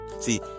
See